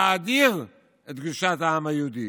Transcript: להאדיר את קדושת העם היהודי,